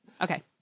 Okay